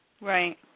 Right